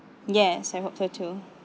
yes I hope so too